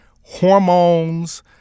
hormones